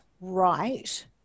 right